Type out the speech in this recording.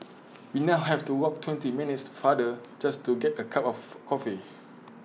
we now have to walk twenty minutes farther just to get A cup of coffee